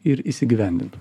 ir įsigyvendintų